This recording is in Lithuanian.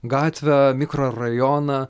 gatvę mikrorajoną